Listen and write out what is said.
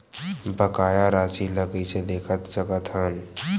बकाया राशि ला कइसे देख सकत हान?